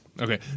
Okay